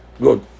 good